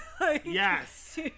Yes